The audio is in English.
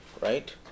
right